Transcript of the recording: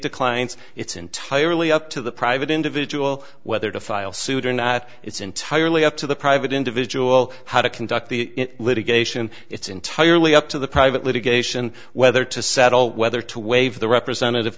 declines it's entirely up to the private individual whether to file suit or not it's entirely up to the private individual how to conduct the litigation it's entirely up to the private litigation whether to settle whether to waive the representative